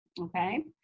okay